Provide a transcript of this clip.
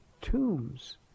tombs